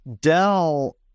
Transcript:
Dell